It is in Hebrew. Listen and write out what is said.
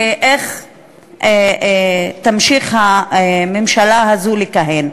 ואיך תמשיך הממשלה הזאת לכהן.